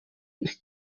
ist